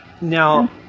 Now